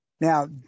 Now